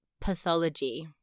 pathology